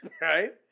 Right